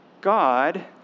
God